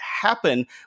happen